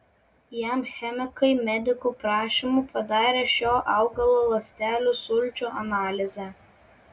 jam chemikai medikų prašymu padarė šio augalo ląstelių sulčių analizę